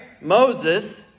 Moses